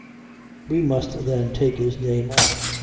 we must then take his name off,